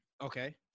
Okay